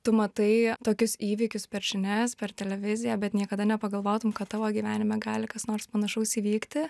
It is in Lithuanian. tu matai tokius įvykius per žinias per televiziją bet niekada nepagalvotum kad tavo gyvenime gali kas nors panašaus įvykti